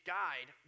guide